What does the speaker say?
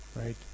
Right